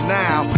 now